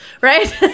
right